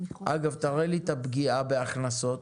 אגב, תראה לי את הפגיעה בהכנסות